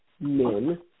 men